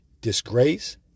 disgrace